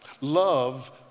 Love